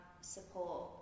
support